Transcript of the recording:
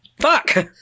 Fuck